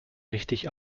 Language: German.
richtig